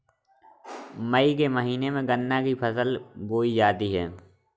मई के महीने में गन्ना की फसल बोई जाती है